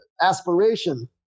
aspiration